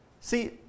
See